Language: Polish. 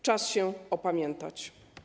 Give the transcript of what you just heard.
Czas się opamiętać.